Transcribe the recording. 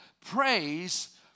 Praise